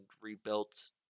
rebuilt